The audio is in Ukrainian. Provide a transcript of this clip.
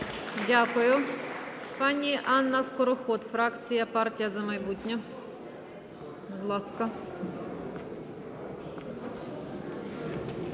Дякую. Пані Анна Скороход, фракція "Партія "За майбутнє".